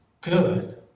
good